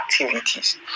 activities